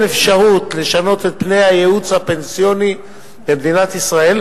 אפשרות לשנות את פני הייעוץ הפנסיוני במדינת ישראל.